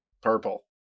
Purple